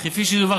וכפי שדווח,